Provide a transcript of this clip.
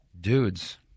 Dudes